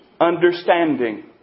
understanding